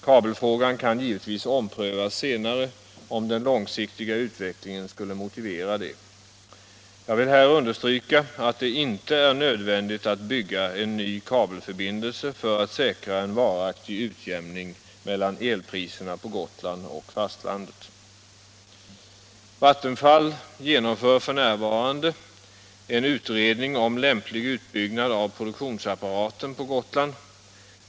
Kabelfrågan kan givetvis omprövas senare, om den långsiktiga utvecklingen skulle motivera det. Jag vill här understryka att det inte är nödvändigt att bygga en ny kabelförbindelse för att säkra en varaktig utjämning mellan elpriserna på Gotland och fastlandet. Vattenfall genomför f. n. en utredning om lämplig utbyggnad av produktionsapparaten på Gotland.